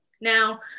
Now